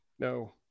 No